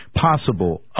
possible